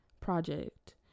project